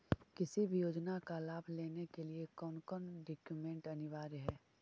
किसी भी योजना का लाभ लेने के लिए कोन कोन डॉक्यूमेंट अनिवार्य है?